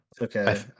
Okay